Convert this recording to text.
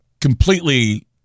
completely